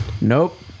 Nope